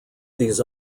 these